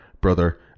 brother